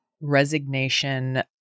resignation